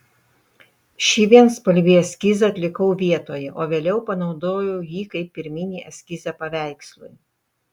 šį vienspalvį eskizą atlikau vietoje o vėliau panaudojau jį kaip pirminį eskizą paveikslui